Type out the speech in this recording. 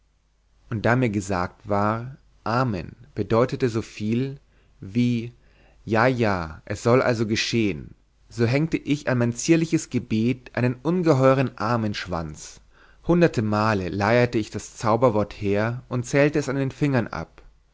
und da mir gesagt war amen bedeute soviel wie ja ja es soll also geschehen so hängte ich an mein zierliches gebet einen ungeheuren amenschwanz hunderte male leierte ich das zauberwort her und zählte es an den fingern ab